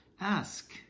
ask